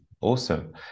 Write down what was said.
awesome